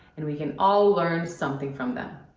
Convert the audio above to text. and we can all learn something from them.